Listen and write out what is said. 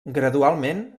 gradualment